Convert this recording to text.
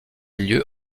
lieu